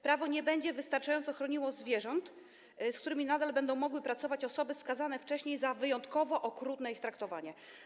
Prawo nie będzie wystarczająco chroniło zwierząt, z którymi nadal będą mogły pracować osoby skazane wcześniej za wyjątkowo okrutne ich traktowanie.